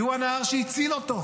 כי הוא הנהר שהציל אותו.